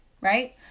Right